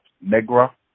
Negra